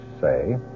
say